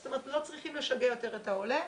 זאת אומרת לא צריכים לשגע יותר את העולה.